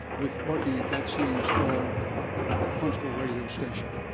with working at that same small huntsville radio station.